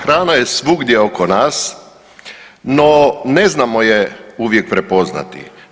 Hrana je svugdje oko nas no ne znamo je uvijek prepoznati.